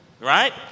right